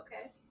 Okay